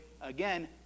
again